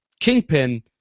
Kingpin